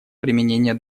применения